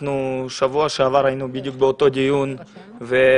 בשבוע שעבר אנחנו היינו בדיוק באותו דיון ולחצנו